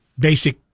basic